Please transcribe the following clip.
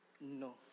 No